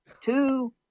two